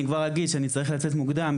אני כבר אגיד שאני צריך לצאת מוקדם,